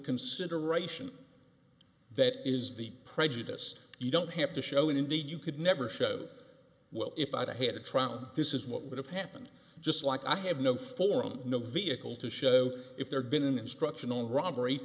consideration that is the prejudice you don't have to show and indeed you could never show it well if i had a trial this is what would have happened just like i have no forum no vehicle to show if there'd been an instructional robbery